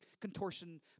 contortion